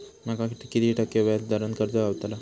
माका किती टक्के व्याज दरान कर्ज गावतला?